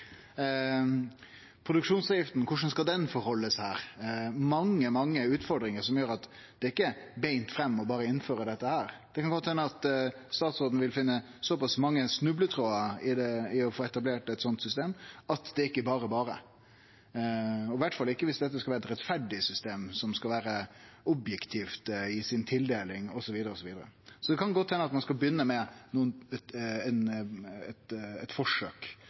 Produksjonsavgifta: Korleis skal den avgifta vere? Det er mange, mange utfordringar som gjer at det ikkje er beint fram berre å innføre dette. Det kan godt hende at statsråden vil finne mange snubletrådar i å få etablert eit slikt system. Det er ikkje berre berre, iallfall ikkje dersom dette skal vere eit rettferdig system som skal vere objektivt i tildelinga si, osv. Så det kan godt hende at ein skal begynne med ei forsøksordning der ein